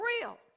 real